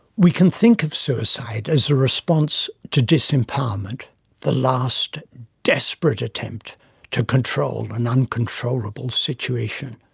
we can think of suicide as a response to disempowerment the last desperate attempt to control an uncontrollable situation.